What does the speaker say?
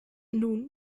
nun